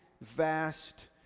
vast